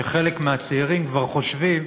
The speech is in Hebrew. שחלק מהצעירים כבר חושבים